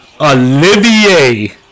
Olivier